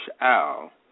Al